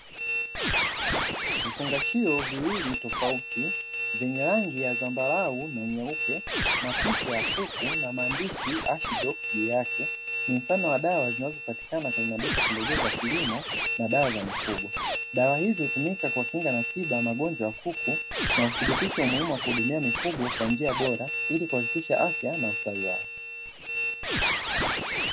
Vifungashio viwili tofauti zenye rangi ya zambarau na nyeupe na picha ya kuku na maandishi ashidoksi juu yake ni mfano wa dawa zinazopatikana kwenye maduka pembejeo za kilimo na dawa za mifugo ,dawa hizo hutumika kwa kinga na tiba magonjwa kuku na uthibitisho wa umuhimu wa kuhudumia mifugo kwa njia bora ili kuhakikisha afya na ustawi wao.